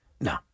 No